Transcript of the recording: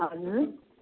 हजुर